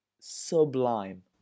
sublime